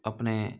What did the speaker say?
अपने